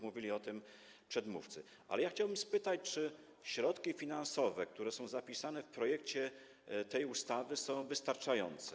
Mówili o tym przedmówcy, ale ja chciałbym spytać, czy środki finansowe, które są zapisane w projekcie tej ustawy, są wystarczające.